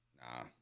Nah